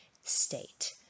state